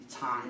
time